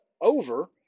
over